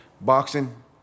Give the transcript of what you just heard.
Boxing